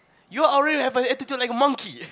you already have a attitude like a monkey